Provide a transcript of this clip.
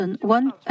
one